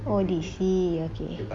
oh D_C okay